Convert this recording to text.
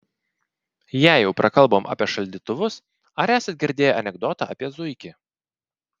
jei jau prakalbom apie šaldytuvus ar esat girdėję anekdotą apie zuikį